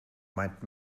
meint